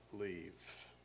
leave